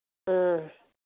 ꯑꯥ